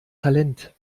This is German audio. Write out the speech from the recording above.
talent